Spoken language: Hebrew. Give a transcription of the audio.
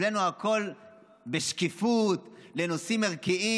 אצלנו הכול בשקיפות, לנושאים ערכיים.